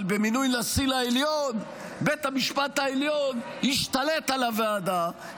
אבל במינוי נשיא לעליון בית המשפט העליון ישתלט על הוועדה,